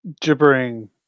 Gibbering